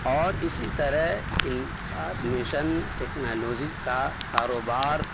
اور اسی طرح انفارمیشن ٹیکنالوجی کا کاروبار